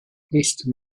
haste